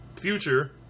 future